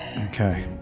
Okay